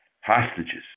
hostages